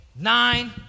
nine